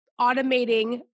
automating